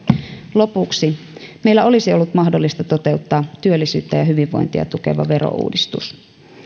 lopuksi meillä olisi ollut mahdollisuus toteuttaa työllisyyttä ja hyvinvointia tukeva verouudistus